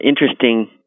interesting